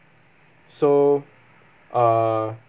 so uh